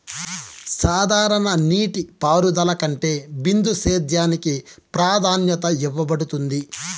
సాధారణ నీటిపారుదల కంటే బిందు సేద్యానికి ప్రాధాన్యత ఇవ్వబడుతుంది